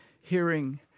hearing